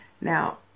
Now